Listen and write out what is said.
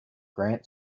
grant